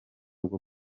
bwo